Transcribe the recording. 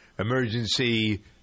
emergency